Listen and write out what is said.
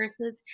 versus